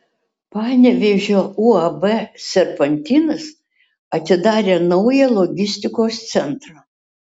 panevėžio uab serpantinas atidarė naują logistikos centrą